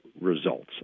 results